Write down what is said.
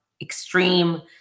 extreme